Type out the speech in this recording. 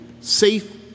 safe